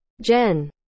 Jen